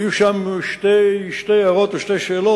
היו שם שתי הערות או שתי שאלות.